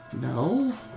No